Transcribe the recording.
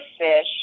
fish